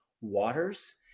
Waters